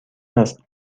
است